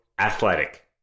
ATHLETIC